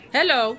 Hello